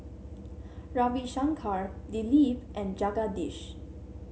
Ravi Shankar Dilip and Jagadish